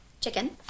Chicken